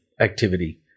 activity